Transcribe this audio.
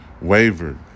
wavered